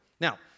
Now